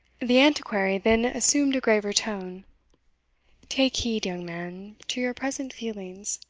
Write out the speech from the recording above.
the antiquary then assumed a graver tone take heed, young man, to your present feelings.